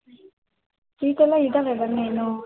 ಸೀಟೆಲ್ಲ ಇದ್ದಾವೆ ಬನ್ನಿ ಇನ್ನೂ